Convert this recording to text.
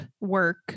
work